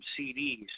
CDs